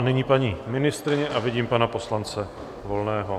Nyní paní ministryně a vidím pana poslance Volného.